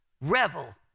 revel